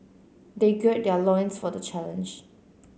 they gird their loins for the challenge